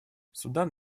судан